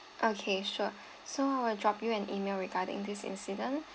okay sure so I will drop you an email regarding this incident